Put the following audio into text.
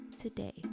Today